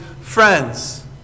friends